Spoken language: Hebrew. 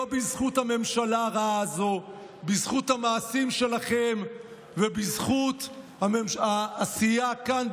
לא בזכות הממשלה הרעה הזו אלא בזכות המעשים שלכם ובזכות העשייה כאן,